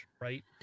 right